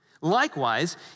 Likewise